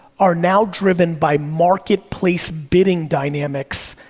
are now driven by marketplace bidding dynamics,